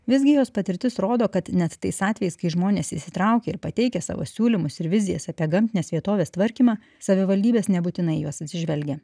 visgi jos patirtis rodo kad net tais atvejais kai žmonės įsitraukia ir pateikia savo siūlymus ir vizijas apie gamtinės vietovės tvarkymą savivaldybės nebūtinai juos atsižvelgė